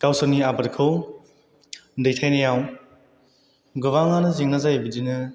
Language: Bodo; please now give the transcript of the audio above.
गावसोरनि आबादखौ दैथायनायाव गोबाङानो जेंना जायो बिदिनो